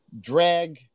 drag